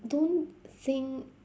don't think